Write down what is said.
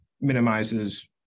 minimizes